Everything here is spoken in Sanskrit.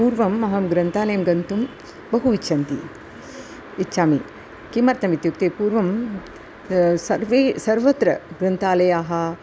पूर्वम् अहं ग्रन्थालयं गन्तुं बहु इच्छन्ति इच्छामि किमर्थम् इत्युक्ते पूर्वं सर्वे सर्वत्र ग्रन्थालयाः